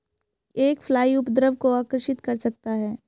एक फ्लाई उपद्रव को आकर्षित कर सकता है?